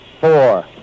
four